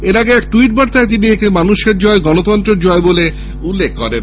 এর আগে এক ট্যুইট বার্তায় তিনি একে মানুষের জয় গণতন্ত্রের জয় বলে উল্লেখ করেন